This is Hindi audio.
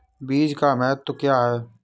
बीज का महत्व क्या है?